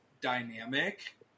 dynamic